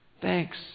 thanks